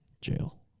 jail